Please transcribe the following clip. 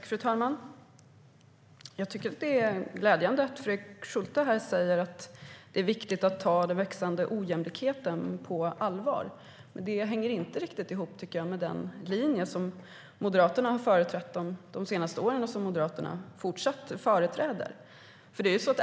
Fru talman! Jag tycker att det är glädjande att Fredrik Schulte här säger att det är viktigt att ta den växande ojämlikheten på allvar. Men det hänger inte riktigt ihop, tycker jag, med den linje som Moderaterna har företrätt de senaste åren och fortsätter att företräda.